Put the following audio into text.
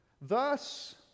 thus